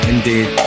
Indeed